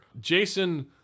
Jason